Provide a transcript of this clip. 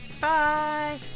Bye